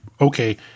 okay